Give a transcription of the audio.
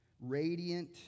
radiant